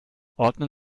ordnen